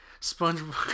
Spongebob